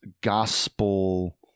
gospel